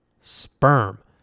sperm